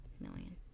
million